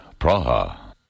Praha